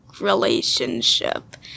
relationship